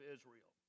Israel